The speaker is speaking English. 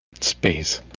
space